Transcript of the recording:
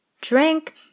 drink